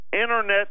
Internet